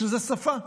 שהוא השפה.